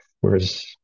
whereas